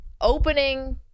opening